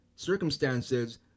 circumstances